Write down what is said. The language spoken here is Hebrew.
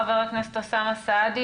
חבר הכנסת אוסאמה סעדי,